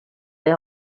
les